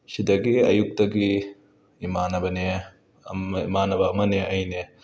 ꯁꯤꯗꯒꯤ ꯑꯌꯨꯛꯇꯒꯤ ꯏꯃꯥꯟꯅꯕꯅꯦ ꯑꯃ ꯏꯃꯥꯟꯅꯕ ꯑꯃꯅꯦ ꯑꯩꯅꯦ